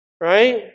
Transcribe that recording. right